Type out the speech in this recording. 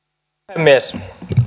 puhemies